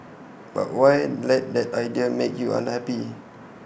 but why let that idea make you unhappy